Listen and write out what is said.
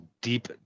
deep